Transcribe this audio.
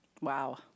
Wow